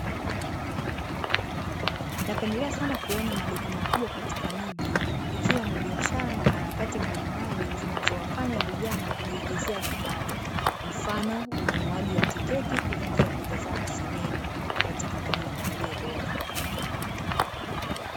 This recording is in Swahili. Napendelea sana kuona maduka makubwa katika miji, ikiwa na biashara na harakati mbalimbali zinazowafanya vijana kujiingizia kipato, mfano ununuaji wa tiketi kuingia kutazama sinema katika majumba yaliyo bora.